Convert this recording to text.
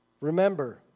Remember